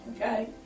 okay